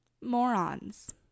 Morons